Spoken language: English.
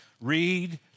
read